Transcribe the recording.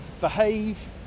behave